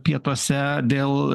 pietuose dėl